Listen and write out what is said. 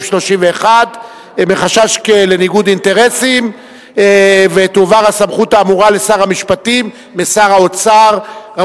31 מחשש לניגוד אינטרסים ותועבר הסמכות האמורה משר האוצר לשר המשפטים.